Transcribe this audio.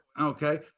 okay